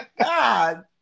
God